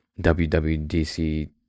WWDC